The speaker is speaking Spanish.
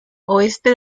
oeste